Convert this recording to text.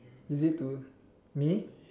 is it to me